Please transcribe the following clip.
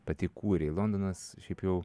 pati kūrei londonas šiaip jau